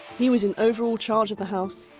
he was in overall charge of the house,